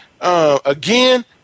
again